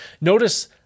Notice